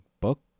book